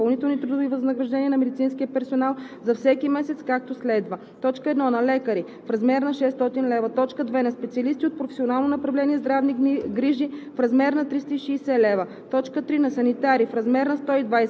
се осигуряват средства на изпълнителите на болнична медицинска помощ за изплащане на допълнителни трудови възнаграждения на медицинския персонал, за всеки месец, както следва: 1. на лекари – в размер на 600 лв.; 2. на специалисти от професионално направление „Здравни грижи“